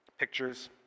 pictures